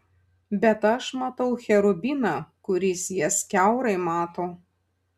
bet aš matau cherubiną kuris jas kiaurai mato